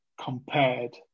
compared